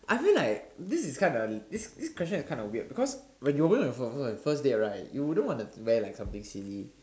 I feel like this is kind of this this question is kind of weird because when you're going for your first first first date right you wouldn't want to wear like something silly